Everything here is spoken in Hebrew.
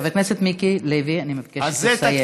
חבר הכנסת מיקי לוי, אני מבקשת לסיים.